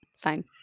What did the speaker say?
Fine